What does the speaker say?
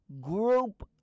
group